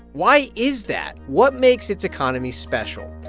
why is that? what makes its economy special?